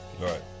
Right